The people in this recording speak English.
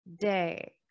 day